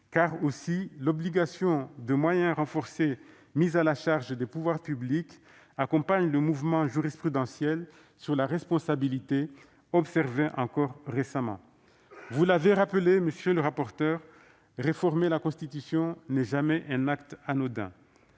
En outre, l'obligation de moyens renforcés mise à la charge des pouvoirs publics accompagne le mouvement jurisprudentiel sur la responsabilité, que l'on a pu observer encore récemment. Vous l'avez rappelé, monsieur le rapporteur, réformer la Constitution n'est jamais un acte anodin.